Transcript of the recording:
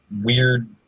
weird